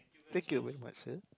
thank you very much sir